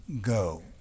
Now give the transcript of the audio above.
go